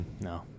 No